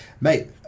mate